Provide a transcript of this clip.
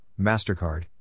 MasterCard